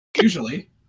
usually